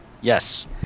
Yes